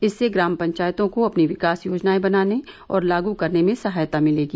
इससे ग्राम पंचायतों को अपनी विकास योजनाएं बनाने और लागू करने में सहायता मिलेगी